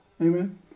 Amen